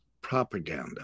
propaganda